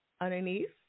underneath